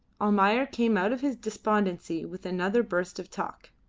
almayer came out of his despondency with another burst of talk.